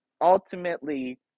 ultimately